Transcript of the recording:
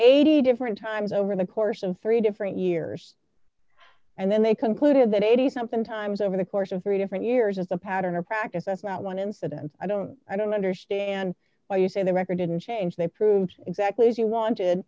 eighty different times over the course of three different years and then they concluded that eighty something times over the course of three different years as a pattern or practice that's not one incident i don't i don't understand why you say the record didn't change they proved exactly as you wanted